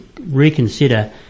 reconsider